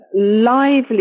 lively